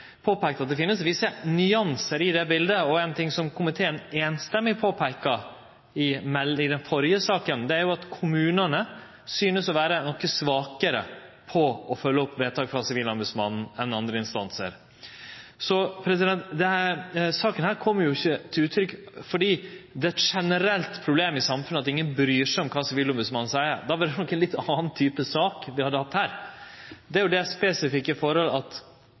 påpeikt at det finst visse nyansar i det bildet. Ein ting som komiteen samrøystes påpeikte i den førre saka, var at kommunane synest å vere noko svakare i å følgje opp vedtak frå Sivilombodsmannen enn andre instansar. Denne saka kom ikkje til uttrykk fordi det er eit generelt problem i samfunnet at ingen bryr seg om kva Sivilombodsmannen seier – då ville det nok ha vore ei litt anna type sak vi hadde hatt her. Det er det spesifikke forholdet at